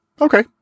Okay